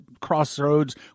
crossroads